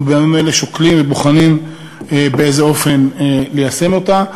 אנחנו בימים אלה שוקלים ובוחנים באיזה אופן ליישם אותה,